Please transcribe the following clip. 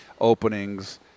Openings